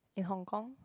in Hong-Kong